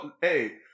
Hey